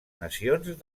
nacions